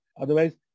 Otherwise